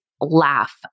laugh